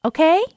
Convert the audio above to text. Okay